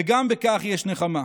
וגם בכך יש נחמה: